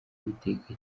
iteka